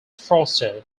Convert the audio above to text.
foster